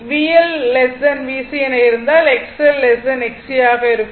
VL VC என இருந்தால் XL Xc ஆக இருக்கும்